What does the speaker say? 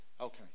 Okay